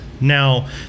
Now